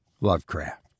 Lovecraft